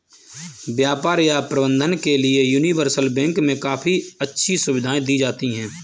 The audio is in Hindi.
व्यापार या प्रबन्धन के लिये यूनिवर्सल बैंक मे काफी अच्छी सुविधायें दी जाती हैं